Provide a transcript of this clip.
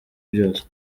byose